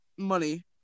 money